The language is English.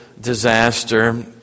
disaster